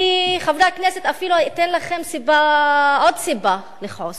חברי הכנסת, אני אפילו אתן לכם עוד סיבה לכעוס.